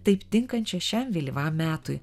taip tinkančia šiam vėlyvam metui